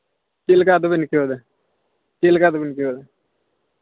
ᱪᱮᱫ ᱞᱮᱠᱟ ᱟᱫᱚᱵᱮᱱ ᱟᱹᱭᱠᱟᱹᱣᱮᱫᱟ ᱪᱮᱫ ᱞᱮᱠᱟ ᱫᱚᱵᱮᱱ ᱟᱹᱭᱠᱟᱹᱣᱫᱟ